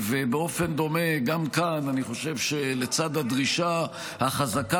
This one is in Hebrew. ובאופן דומה גם כאן אני חושב שלצד הדרישה החזקה